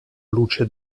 luce